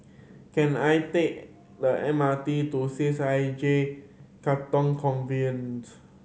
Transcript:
can I take the M R T to C H I J Katong Convent